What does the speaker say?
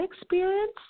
experience